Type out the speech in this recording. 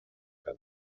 que